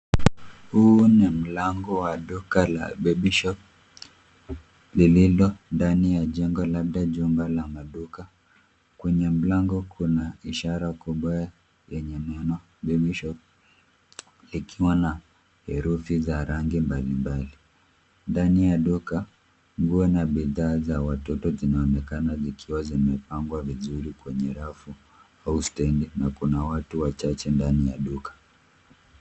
Huu ni mlango wa duka la babyshop lilo ndani ya jengo labda jumba la maduka kwenye mlango kuna ishara kubwa yenye neno babyshop ikiwa na herufi za rangi mbalimbali. Ndani ya duka, nguo na bidhaa za watoto zinaonekana zikiwa zimepangwa vizuri kwenye rafu au stendi na kuna watu wachache ndani ya duka.